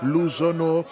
Luzono